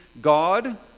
God